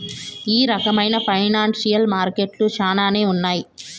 ఈ రకమైన ఫైనాన్సియల్ మార్కెట్లు శ్యానానే ఉన్నాయి